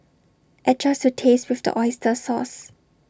adjust to taste with the Oyster sauce